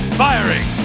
firing